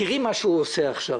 תראי מה שהוא עושה עכשיו.